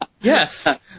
Yes